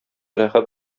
рәхәт